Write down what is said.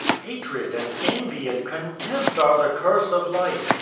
hatred and envy and contempt are the curse of life.